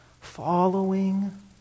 Following